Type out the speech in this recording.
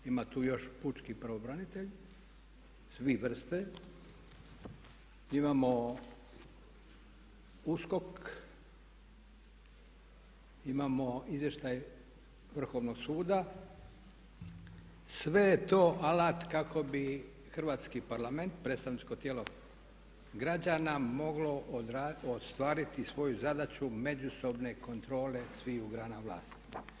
Ima tu još pučki pravobranitelj, … [[Upadica se ne čuje.]] imamo USKOK, imamo izvještaj Vrhovnog suda, sve je to alat kako bi Hrvatski parlament, predstavničko tijelo građana moglo ostvariti svoju zadaću međusobne kontrole sviju grana vlasti.